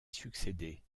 succéder